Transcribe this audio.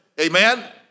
Amen